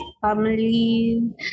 family